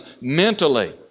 mentally